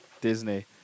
Disney